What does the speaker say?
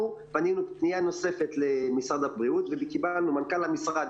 אנחנו פנינו פנייה נוספת למשרד הבריאות ומנכ"ל המשרד